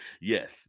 Yes